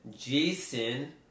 jason